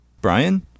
Brian